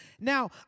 Now